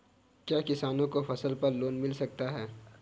क्या किसानों को फसल पर लोन मिल सकता है?